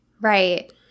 Right